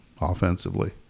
offensively